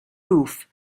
roof